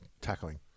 tackling